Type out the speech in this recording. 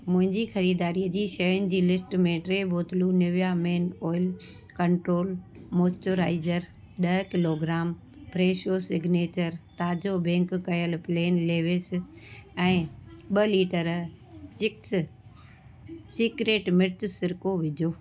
मुंहिंजी ख़रीदारी जी शयुनि जी लिस्ट में टे बोतलूं Nivea men oil control moisturiser ॾह किलोग्राम फ्रेशो सिग्नेचर ताजो बेक कयल प्लेन लेवेश ऐं ॿ लीटर चिंग्स सीक्रेट मिर्चु सिरको विझो